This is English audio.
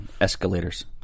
escalators